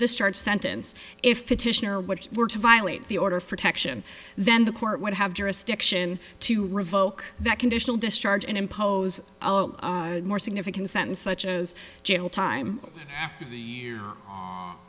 discharge sentence if petitioner what were to violate the order of protection then the court would have jurisdiction to revoke that conditional discharge and impose more significant sentence such as jail time